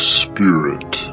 spirit